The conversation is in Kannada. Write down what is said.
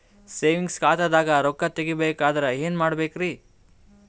ಸೇವಿಂಗ್ಸ್ ಖಾತಾದಾಗ ರೊಕ್ಕ ತೇಗಿ ಬೇಕಾದರ ಏನ ಮಾಡಬೇಕರಿ?